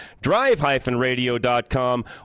drive-radio.com